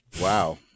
Wow